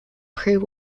pre